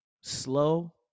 slow